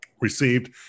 received